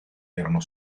erano